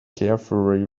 carefully